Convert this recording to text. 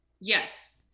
Yes